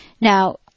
Now